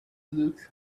looked